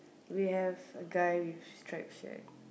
we have a guy with striped shirt